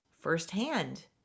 firsthand